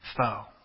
foe